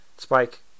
spike